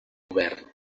govern